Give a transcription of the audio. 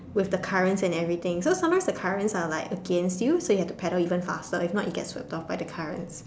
with the currents and every thing so sometimes the currents are like against you so you have to paddle even faster if not you get sweep off by the currents